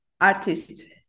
Artist